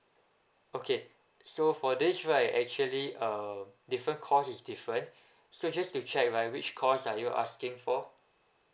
okay so for this right actually uh different course is different so just to check right which course are you asking for